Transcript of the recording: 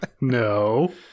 No